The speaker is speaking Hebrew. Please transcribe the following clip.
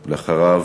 אחריו,